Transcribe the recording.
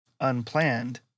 unplanned